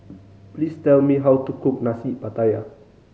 please tell me how to cook Nasi Pattaya